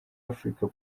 african